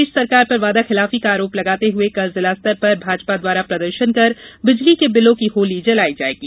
प्रदेश सरकार पर वादा खिलाफी का आरोप लगाते हुए कल जिला स्तर पर भाजपा द्वारा प्रदर्शन कर बिजली के विलों की होली जलायी जाएगी